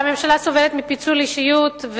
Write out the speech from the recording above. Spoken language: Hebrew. אני אומרת שהממשלה סובלת מפיצול אישיות,